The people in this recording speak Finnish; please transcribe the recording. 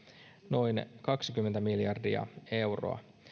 noin kaksikymmentä miljardia euroa